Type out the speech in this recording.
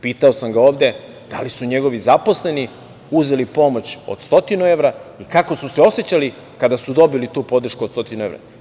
Pitao sam ga ovde da li su njegovi zaposleni uzeli pomoć od 100 evra i kako su se osećali kada su dobili tu podršku od 100 evra.